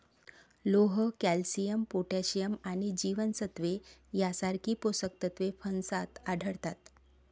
लोह, calcium, potassium आणि जीवनसत्त्वे यांसारखी पोषक तत्वे फणसात आढळतात